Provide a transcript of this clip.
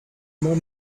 more